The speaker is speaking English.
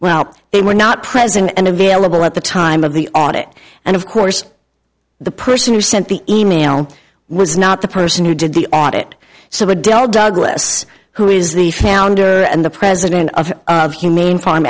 well they were not present and available at the time of the audit and of course the person who sent the e mail was not the person who did the audit so adele douglas who is the founder and the president of human form